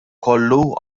kollu